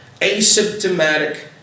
asymptomatic